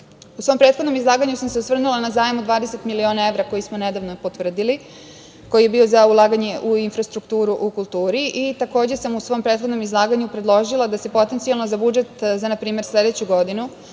svom prethodnom izlaganju sam se osvrnula na zajam od 20 miliona evra koji smo nedavno potvrdili, koji je bio za ulaganje u infrastrukturu u kulturi. Takođe sam u svom prethodnom izlaganju predložila da se potencijalno za budžet za npr. sledeću godinu